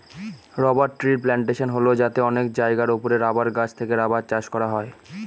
rubber ট্রির plantation হল যাতে অনেক জায়গার ওপরে রাবার গাছ থেকে রাবার চাষ করা হয়